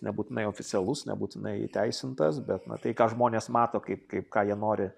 nebūtinai oficialus nebūtinai įteisintas bet na tai ką žmonės mato kaip kaip ką jie nori